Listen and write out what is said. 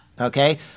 Okay